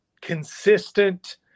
consistent